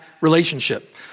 relationship